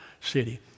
city